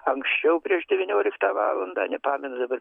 anksčiau prieš devynioliktą valandą nepamenu dabar